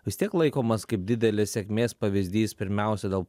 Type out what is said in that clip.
vis tiek laikomas kaip didelės sėkmės pavyzdys pirmiausia dėl